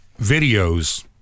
videos